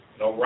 no